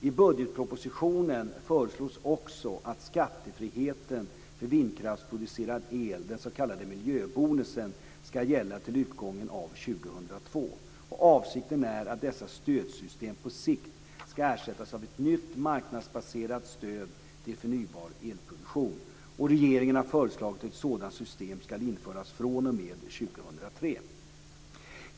I budgetpropositionen föreslås också att skattefriheten för vindkraftsproducerad el, den s.k. miljöbonusen, ska gälla till utgången av år 2002. Avsikten är att dessa stödsystem på sikt ska ersättas av ett nytt marknadsbaserat stöd till förnybar elproduktion. Regeringen har föreslagit att ett sådant system ska införas, fr.o.m.